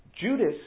Judas